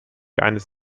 eines